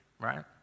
right